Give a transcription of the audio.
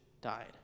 died